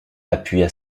appuya